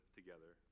together